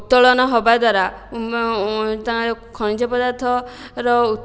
ଉତ୍ତୋଳନ ହେବା ଦ୍ଵାରା ଖଣିଜ ପଦାର୍ଥର